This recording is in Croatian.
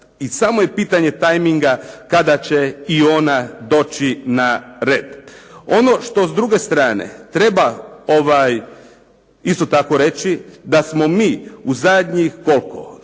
i samo je pitanje tajminga, kada će i ona doći na red. Ono što s druge strane treba isto tako reći, da smo mi u zadnjih, koliko,